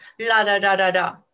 la-da-da-da-da